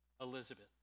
Elizabeth